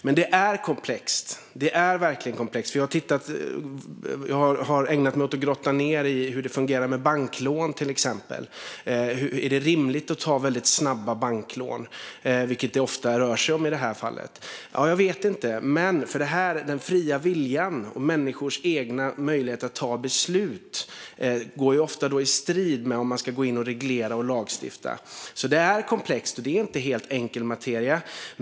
Men det är verkligen komplext. Jag har ägnat mig åt att grotta ned mig i hur det fungerar med banklån, till exempel. Är det rimligt att väldigt snabbt ta banklån, vilket det ofta rör sig om i det här fallet? Ja, jag vet inte. Den fria viljan och människors egen möjlighet att ta beslut är ofta i strid med att man reglerar och lagstiftar om detta. Det är komplext. Det är inte en helt enkel materia.